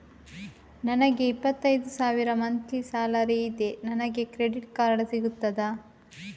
ನನಗೆ ಇಪ್ಪತ್ತೈದು ಸಾವಿರ ಮಂತ್ಲಿ ಸಾಲರಿ ಇದೆ, ನನಗೆ ಕ್ರೆಡಿಟ್ ಕಾರ್ಡ್ ಸಿಗುತ್ತದಾ?